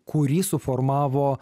kurį suformavo